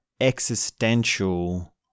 existential